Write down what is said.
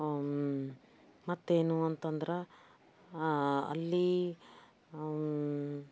ಮತ್ತೇನು ಅಂತ ಅಂದ್ರೆ ಅಲ್ಲಿ